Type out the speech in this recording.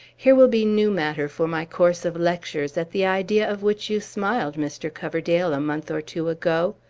here will be new matter for my course of lectures, at the idea of which you smiled, mr. coverdale, a month or two ago.